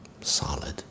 solid